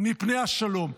מפני השלום.